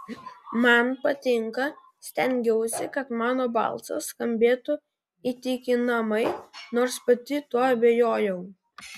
man patinka stengiausi kad mano balsas skambėtų įtikinamai nors pati tuo abejojau